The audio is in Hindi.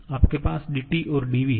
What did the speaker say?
आपके पास dT और dV है